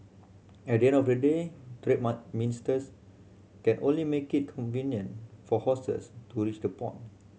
at the end of the day trade ministers can only make it convenient for horses to reach the pond